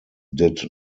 did